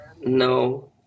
No